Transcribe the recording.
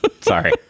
Sorry